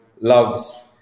loves